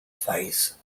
faiths